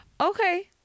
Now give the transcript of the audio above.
Okay